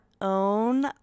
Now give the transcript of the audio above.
own